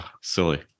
silly